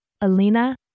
Alina